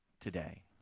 today